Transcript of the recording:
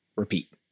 repeat